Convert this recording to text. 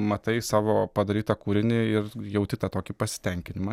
matai savo padarytą kūrinį ir jauti tą tokį pasitenkinimą